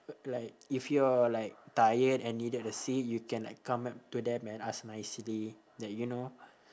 like if you're like tired and needed a seat you can like come up to them and ask nicely that you know